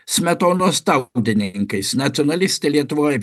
smetonos tautininkais nacionalistai lietuvoj